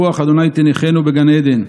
רוח ה' תניחנו בגן עדן,